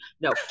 no